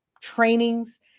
trainings